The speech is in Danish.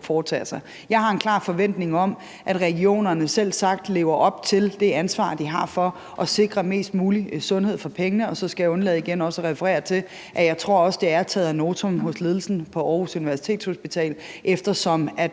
foretager. Jeg har en klar forventning om, at regionerne selvsagt lever op til det ansvar, de har, for at sikre mest mulig sundhed for pengene, og så skal jeg igen undlade at referere til, at jeg også tror, at det er taget ad notam hos ledelsen på Aarhus Universitetshospital, eftersom man